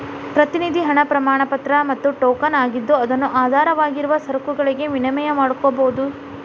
ಪ್ರತಿನಿಧಿ ಹಣ ಪ್ರಮಾಣಪತ್ರ ಮತ್ತ ಟೋಕನ್ ಆಗಿದ್ದು ಅದನ್ನು ಆಧಾರವಾಗಿರುವ ಸರಕುಗಳಿಗೆ ವಿನಿಮಯ ಮಾಡಕೋಬೋದು